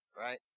Right